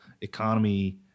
economy